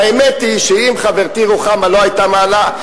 והאמת היא שאם חברתי רוחמה לא היתה מעלה,